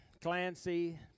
Clancy